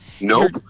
Nope